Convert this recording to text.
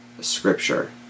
scripture